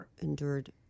endured